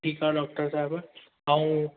ठीकु आहे डॉक्टर साहिबु ऐं